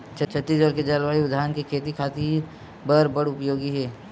छत्तीसगढ़ के जलवायु धान के खेती खातिर बर बड़ उपयोगी हे